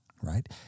right